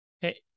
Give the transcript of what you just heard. Hey